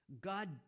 God